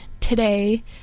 today